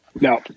Now